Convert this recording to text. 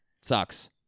sucks